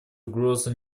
угроза